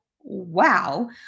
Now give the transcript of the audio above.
wow